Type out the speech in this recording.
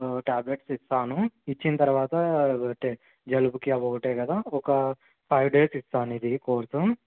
tablets ఇస్తాను ఇచ్చిన తరువాత జలుబుకి అది ఒకటే కదా ఒక్కొక్క ఫైవ్ డేస్ ఇస్తాను ఇది కోర్సు